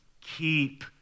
keep